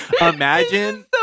imagine